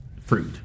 fruit